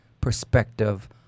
perspective